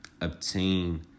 obtain